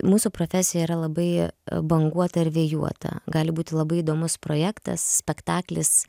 mūsų profesija yra labai banguota ir vėjuota gali būti labai įdomus projektas spektaklis